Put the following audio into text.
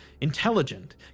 intelligent